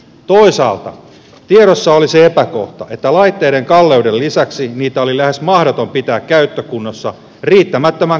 toisaalta tiedossa oli se epäkohta että laitteiden kalleuden lisäksi niitä oli lähes mahdoton pitää käyttökunnossa riittämättömän kapasiteettinsa johdosta